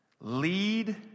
Lead